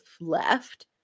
left